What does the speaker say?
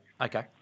okay